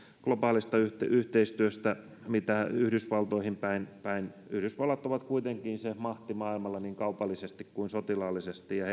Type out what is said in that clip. globaalista yhteistyöstä yhdysvaltoihin päin päin yhdysvallat on kuitenkin se mahti maailmalla niin kaupallisesti kuin sotilaallisesti ja